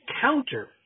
counter